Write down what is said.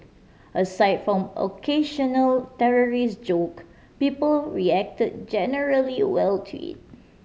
aside from occasional terrorist joke people react generally well to it